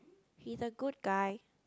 he's a good guy